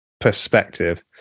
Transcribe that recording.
perspective